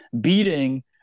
beating